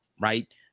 right